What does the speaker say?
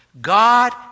God